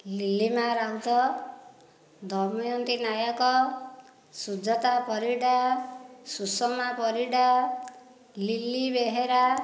Lilima Raut Damayanti Nayak Sujata Parida Sushma Parida Lili Behera